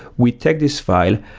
we take this file,